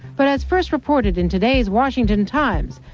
but as first reported in today's washington times,